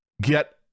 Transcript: get